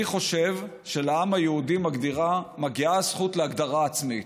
אני חושב שלעם היהודי מגיעה הזכות להגדרה עצמית,